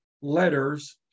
letters